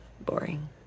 boring